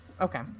Okay